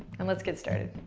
and let's get started.